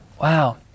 Wow